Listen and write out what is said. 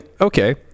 okay